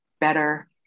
better